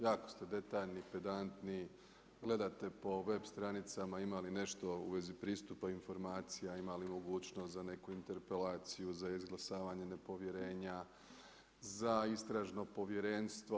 Jako ste detaljni, pedantni, gledate po web stranicama ima li nešto u vezi pristupa informacija, ima li mogućnost za neku interpelaciju, za izglasavanje nepovjerenja, za Istražno povjerenstvo.